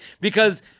because-